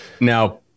Now